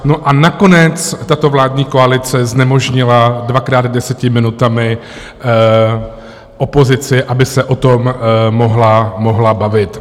No a nakonec tato vládní koalice znemožnila dvakrát deseti minutami opozici, aby se o tom mohla bavit.